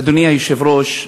אדוני היושב-ראש,